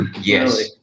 Yes